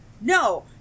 No